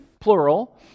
plural